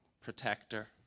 Protector